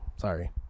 Sorry